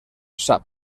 sap